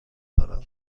دارم